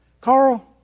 Carl